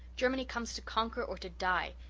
germany comes to conquer or to die.